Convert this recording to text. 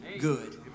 good